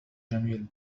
جميل